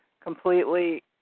completely